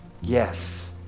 yes